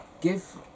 Give